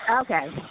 Okay